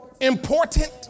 important